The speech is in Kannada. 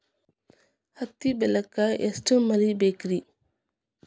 ಹತ್ತಿ ಬೆಳಿಗ ಎಷ್ಟ ಮಳಿ ಬೇಕ್ ರಿ?